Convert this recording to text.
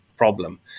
Problem